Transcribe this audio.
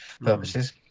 purposes